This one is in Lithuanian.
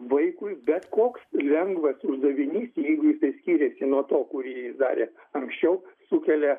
vaikui bet koks lengvas uždavinys jeigu jisai skiriasi nuo to kurį darė anksčiau sukelia